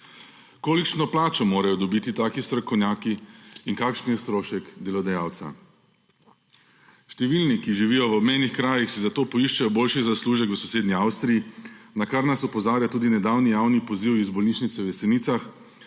Kolikšno plačo morajo dobiti taki strokovnjaki in kakšen je strošek delodajalca? Številni, ki živijo v obmejnih krajih, si zato poiščejo boljši zaslužek v sosednji Avstriji, na kar nas opozarja tudi nedavni javni poziv iz bolnišnice v Jesenicah,